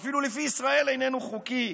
שאפילו לפי ישראל איננו חוקי,